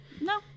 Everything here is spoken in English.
No